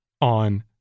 on